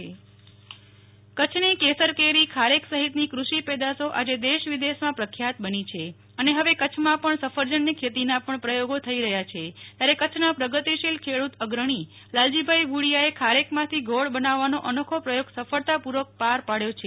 નેહ્લ ઠક્કર કચ્છ ખારેકમાંથી ગોળબાઈટ કચ્છની કેસર કેરી ખારેક સહિતની કૃષિ પેદાશો આજે દેશ વિદેશમા પ્રખ્યાત બની છે અને હવે કચ્છમાં પણ સફરજનની ખેતીના પણ પ્રથોગો થઈ રહ્યા છે ત્યારે કચ્છના પ્રગતિશીલ ખેડૂત અગ્રણી લાલજીભાઈ ભુડિયાએ ખારેકમાંથી ગોળ બનાવવાનો અનોખો પ્રથોગ સફળતાપૂર્વક પાર પાડ્યો છે